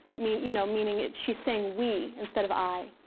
meaning you know meaning she's saying we, instead of i.